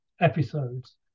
episodes